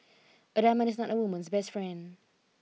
a diamond is not a woman's best friend